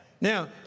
Now